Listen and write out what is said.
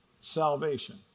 Salvation